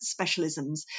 specialisms